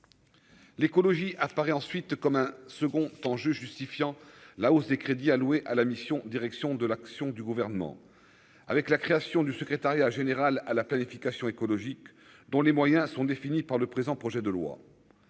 L'écologie apparaît ensuite comme un second temps je justifiant la hausse des crédits alloués à la mission Direction de l'action du gouvernement avec la création du secrétariat général à la planification écologique dont les moyens sont définies par le présent projet de loi